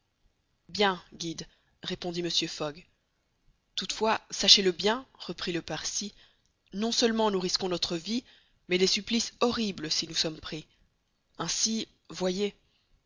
bien guide répondit mr fogg toutefois sachez-le bien reprit le parsi non seulement nous risquons notre vie mais des supplices horribles si nous sommes pris ainsi voyez